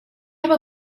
have